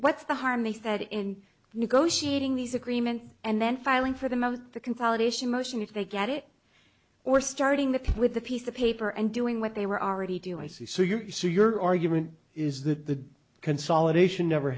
what's the harm they said in negotiating these agreements and then filing for the moment the consolidation motion if they get it or starting the with the piece of paper and doing what they were already do i see so you see your argument is that the consolidation never